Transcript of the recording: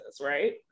right